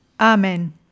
Amen